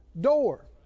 door